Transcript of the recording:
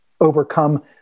overcome